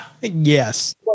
Yes